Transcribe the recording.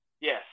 Yes